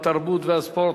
התרבות והספורט,